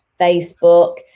Facebook